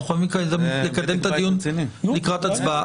אבל אנחנו חייבים לקדם את הדיון לקראת הצבעה.